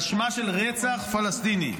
באשמה של רצח פלסטיני.